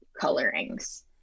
colorings